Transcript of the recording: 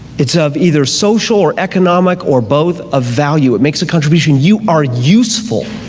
it's of either social or economic or both of value, it makes a contribution, you are useful.